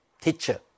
teacher